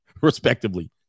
respectively